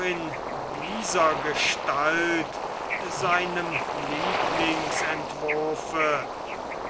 in dieser gestalt seinem lieblingsentwurfe